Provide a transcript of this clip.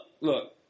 look